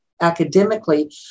academically